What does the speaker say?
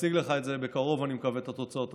נציג לך בקרוב את התוצאות הסופיות.